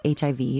HIV